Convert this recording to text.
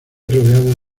rodeado